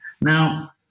Now